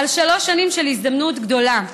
על שלוש שנים של הזדמנות גדולה,